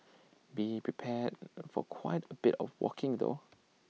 be prepared for quite A bit of walking though